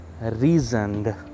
reasoned